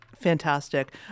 Fantastic